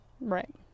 right